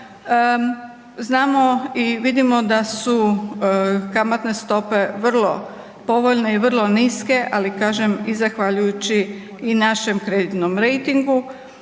Znamo i vidimo da su kamatne stope vrlo povoljne i vrlo niske, ali kažem i zahvaljujući i našem kreditnom rejtingu.